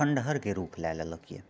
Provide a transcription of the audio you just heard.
खण्डहरके रूप लै लेलक यऽ